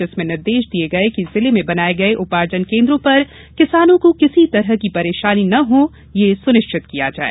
जिसमें निर्देश दिए गए कि जिले में बनाए गए उपार्जन केन्द्रों पर किसानों को किसी प्रकार की परेशानी न हो यह सुनिश्चित किया जाए